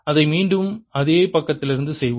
அதை மீண்டும் அதே பக்கத்திலிருந்து செய்வோம்